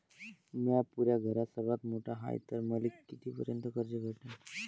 म्या पुऱ्या घरात सर्वांत मोठा हाय तर मले किती पर्यंत कर्ज भेटन?